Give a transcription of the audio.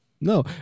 No